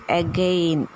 again